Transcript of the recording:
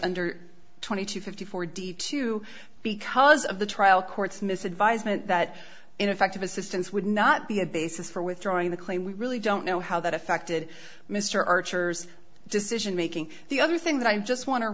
under twenty two fifty four d two because of the trial court's miss advisement that ineffective assistance would not be a basis for withdrawing the claim we really don't know how that affected mr archer's decision making the other thing that i just wan